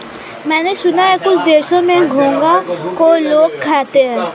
मैंने सुना है कुछ देशों में घोंघा को लोग खाते हैं